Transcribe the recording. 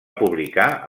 publicar